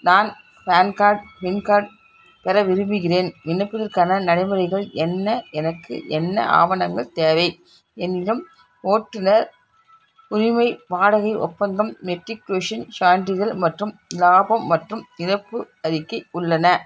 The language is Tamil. நான் பான் கார்டு சிம் கார்ட் பெற விரும்புகிறேன் விண்ணப்பிப்பதற்கான நடைமுறைகள் என்ன எனக்கு என்ன ஆவணங்கள் தேவை என்னிடம் ஓட்டுநர் உரிமை வாடகை ஒப்பந்தம் மெட்ரிகுலேஷன் சான்றிதழ் மற்றும் இலாபம் மற்றும் இழப்பு அறிக்கை உள்ளன